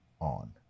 on